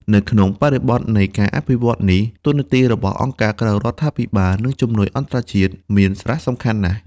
នៅក្នុងបរិបទនៃការអភិវឌ្ឍនេះ តួនាទីរបស់អង្គការក្រៅរដ្ឋាភិបាល និងជំនួយអន្តរជាតិមានសារៈសំខាន់ណាស់។